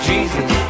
Jesus